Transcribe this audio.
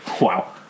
Wow